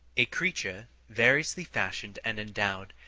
a creature, variously fashioned and endowed,